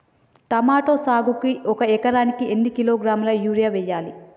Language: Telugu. టమోటా సాగుకు ఒక ఎకరానికి ఎన్ని కిలోగ్రాముల యూరియా వెయ్యాలి?